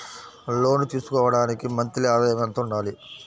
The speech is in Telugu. లోను తీసుకోవడానికి మంత్లీ ఆదాయము ఎంత ఉండాలి?